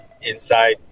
inside